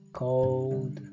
cold